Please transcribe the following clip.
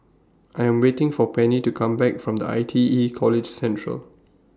I Am waiting For Penny to Come Back from The I T E College Central